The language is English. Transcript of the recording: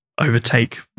overtake